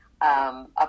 Up